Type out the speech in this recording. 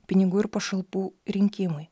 pinigų ir pašalpų rinkimui